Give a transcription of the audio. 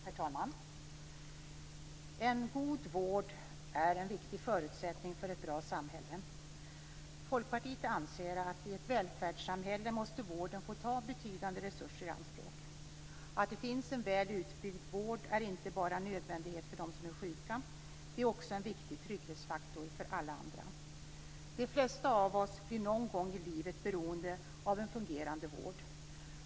Herr talman! En god vård är en viktig förutsättning för ett bra samhälle. Folkpartiet anser att i ett välfärdssamhälle måste vården få ta betydande resurser i anspråk. Att det finns en väl utbyggd vård är inte bara en nödvändighet för dem som är sjuka. Det är också en viktig trygghetsfaktor för alla andra. De flesta av oss blir någon gång i livet beroende av en fungerande vård.